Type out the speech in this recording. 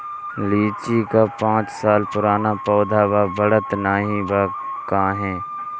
लीची क पांच साल पुराना पौधा बा बढ़त नाहीं बा काहे?